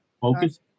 focus